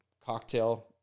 Cocktail